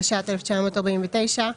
התש"ט-19492,